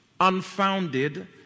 unfounded